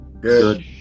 Good